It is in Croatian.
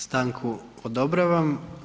Stanku odobravam.